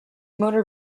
motor